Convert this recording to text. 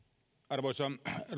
arvoisa